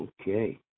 Okay